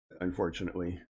unfortunately